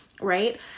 right